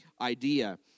idea